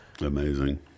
Amazing